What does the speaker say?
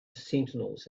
sentinels